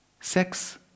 sex